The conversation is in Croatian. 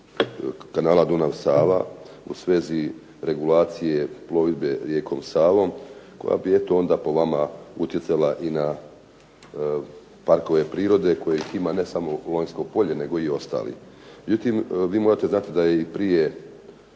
kanala Dunav-Sava, u svezi regulacije plovidbe rijekom Savom koja bi eto onda po vama utjecala i na parkove prirode kojih ima ne samo Lonjsko polje nego i ostali. Međutim, vi morate znati da je i prije